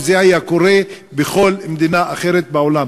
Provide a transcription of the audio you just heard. אם זה היה קורה בכל מדינה אחרת בעולם?